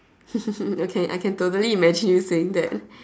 okay I can totally imagine you saying that